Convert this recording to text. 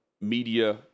media